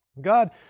God